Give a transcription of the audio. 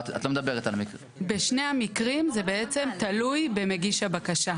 את לא מדברת --- בשני המקרים זה בעצם תלוי במגיש הבקשה.